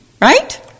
right